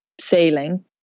sailing